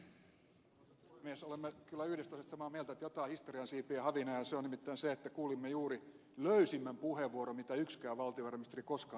olemme kyllä yhdestä asiasta samaa mieltä että jotain historian siipien havinaa on ja se on nimittäin se että kuulimme juuri löysimmän puheenvuoron mitä yksikään valtiovarainministeri koskaan tässä salissa on käyttänyt